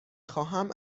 خواهم